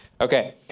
Okay